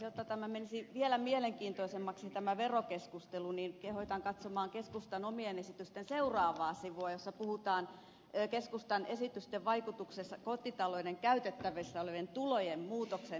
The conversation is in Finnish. jotta tämä verokeskustelu menisi vielä mielenkiintoisemmaksi kehotan katsomaan keskustan omien esitysten seuraavaa sivua jossa puhutaan keskustan esitysten vaikutuksesta kotitalouksien käytettävissä olevien tulojen muutokseen